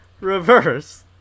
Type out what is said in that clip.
reverse